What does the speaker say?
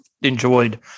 enjoyed